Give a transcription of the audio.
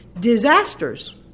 Disasters